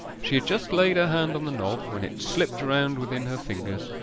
she had just laid her hand on the knob, when it slipped round within her fingers,